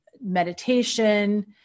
meditation